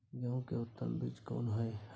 गेहूं के उत्तम बीज कोन होय है?